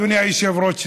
אדוני היושב-ראש,